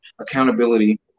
accountability